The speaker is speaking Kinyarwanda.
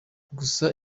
gusa